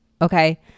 Okay